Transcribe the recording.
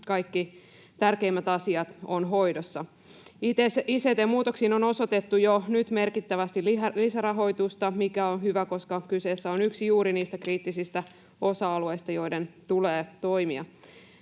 kaikki tärkeimmät asiat ovat hoidossa. Ict-muutoksiin on osoitettu jo nyt merkittävästi lisärahoitusta, mikä on hyvä, koska kyseessä on juuri yksi niistä kriittisistä osa-alueista, joiden tulee toimia.